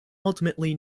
ultimately